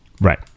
Right